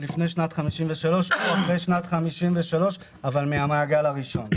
לפני שנת 53' או אלה שעלו אחרי שנת 53' מהמעגל הראשון.